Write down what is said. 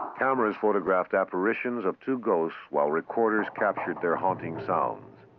cameras photographed apparitions of two ghosts, while recorders captured their haunting sounds.